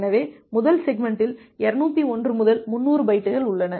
எனவே முதல் செக்மெண்ட்டில் 201 முதல் 300 பைட்டுகள் உள்ளன